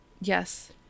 Yes